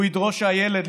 הוא ידרוש שהילד,